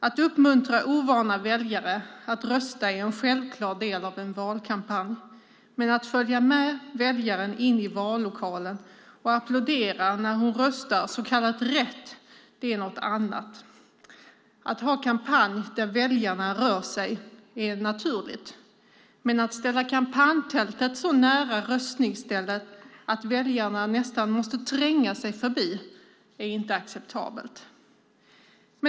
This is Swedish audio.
Att uppmuntra ovana väljare att rösta är en självklar del av en valkampanj, men att följa med väljaren in i vallokalen och applådera när hon röstar "rätt" är något annat. Att ha kampanj där väljarna rör sig är naturligt, men att ställa kampanjtältet så nära röstningsstället att väljarna nästan måste tränga sig förbi är inte acceptabelt.